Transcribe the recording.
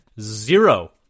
zero